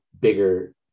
bigger